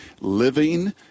living